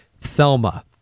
Thelma